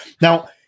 now